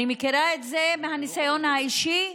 אני מכירה את זה מהניסיון האישי,